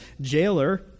jailer